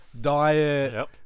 diet